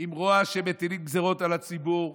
עם רוע, שמטילים גזרות על הציבור,